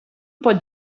pot